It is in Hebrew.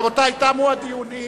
רבותי, תמו הדיונים.